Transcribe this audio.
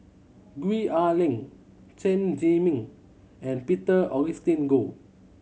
Gwee Ah Leng Chen Zhiming and Peter Augustine Goh